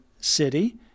city